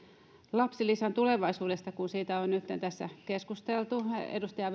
lapsilisän tulevaisuudesta kun siitä on nytten tässä keskusteltu edustaja